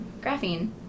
Graphene